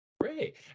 Great